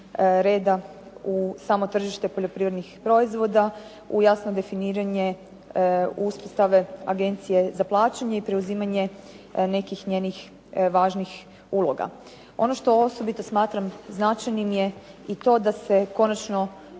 u samo tržište poljoprivrednih proizvoda, u jasno definiranje uspostave Agencije za plaćanje i preuzimanje nekih njenih važnih uloga. Ono što osobito smatram značajnim je i to da se konačno